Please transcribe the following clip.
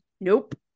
Nope